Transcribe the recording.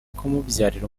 kumubyarira